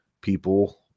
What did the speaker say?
people